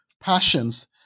passions